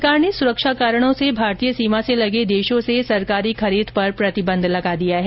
सरकार ने सुरक्षा कारणों से भारतीय सीमा से लगे देशों से सरकारी खरीद पर प्रतिबंध लगा दिया है